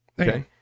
okay